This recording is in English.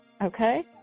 Okay